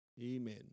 Amen